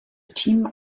team